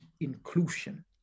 inclusion